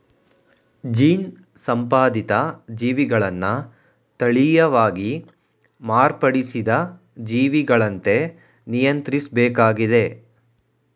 gene ಸಂಪಾದಿತ ಜೀವಿಗಳನ್ನ ತಳೀಯವಾಗಿ ಮಾರ್ಪಡಿಸಿದ ಜೀವಿಗಳಂತೆ ನಿಯಂತ್ರಿಸ್ಬೇಕಾಗಿದೆ